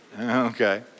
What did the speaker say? Okay